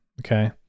Okay